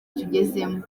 tugezemo